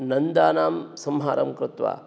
नन्दानां संहारं कृत्वा